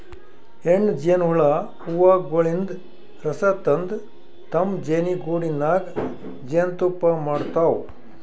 ಹೆಣ್ಣ್ ಜೇನಹುಳ ಹೂವಗೊಳಿನ್ದ್ ರಸ ತಂದ್ ತಮ್ಮ್ ಜೇನಿಗೂಡಿನಾಗ್ ಜೇನ್ತುಪ್ಪಾ ಮಾಡ್ತಾವ್